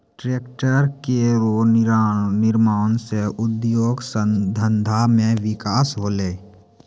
tractor केरो निर्माण सँ उद्योग धंधा मे बिकास होलै